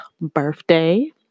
birthday